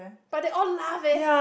but they all laugh leh